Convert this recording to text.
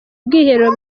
ubwiherero